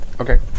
Okay